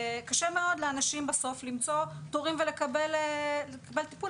קשה מאוד לאנשים למצוא תורים ולקבל טיפול,